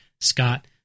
Scott